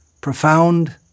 profound